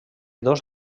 dos